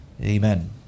Amen